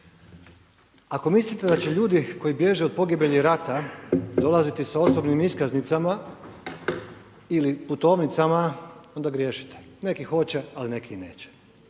Ako mislite da će ljudi koji bježe od pogibelji rata dolaziti sa osobnim iskaznicama ili putovnicama, onda griješite, neki hoće, ali neki i neće.